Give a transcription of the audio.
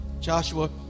Joshua